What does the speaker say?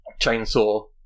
chainsaw